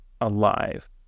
alive